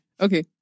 Okay